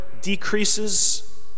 decreases